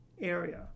area